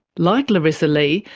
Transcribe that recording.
like larisa lee,